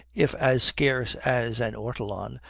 if as scarce as an ortolan,